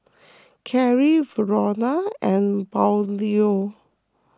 Karrie Verona and Braulio